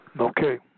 Okay